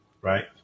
right